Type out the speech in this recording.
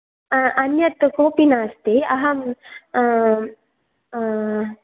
अन्यत् कोपि नास्ति अहम्